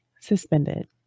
suspended